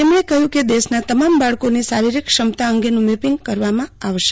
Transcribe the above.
તેમણે કહયું કે દેશના તમામ બાળકોની શારીરિક ક્ષમતા અંગેન્ડ્ર મેપીંગ કરવામાં આવશે